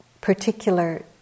particular